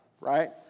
right